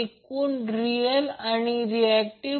36° milliampere होईल